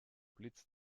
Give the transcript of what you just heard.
blitz